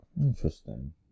Interesting